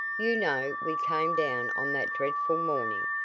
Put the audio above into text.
you know we came down on that dreadful morning,